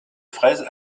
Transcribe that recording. fraise